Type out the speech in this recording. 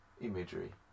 imagery